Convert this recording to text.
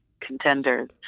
contenders